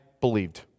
believed